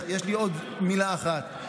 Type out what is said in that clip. יש לי עוד מילה אחת.